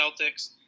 Celtics